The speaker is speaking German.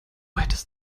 hättest